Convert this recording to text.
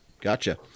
Gotcha